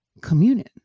communion